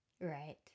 Right